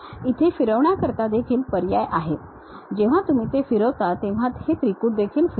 इथे फिरवण्याकरिता देखील पर्याय आहे जेव्हा तुम्ही ते फिरवता तेव्हा हे त्रिकुट देखील फिरते